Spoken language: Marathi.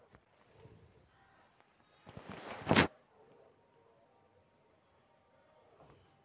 आठ नोव्हेंबर दोन हजार सोळा रोजी भारत सरकारान नोटाबंदीचो घोषणा केल्यान